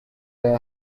they